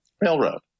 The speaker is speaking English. railroad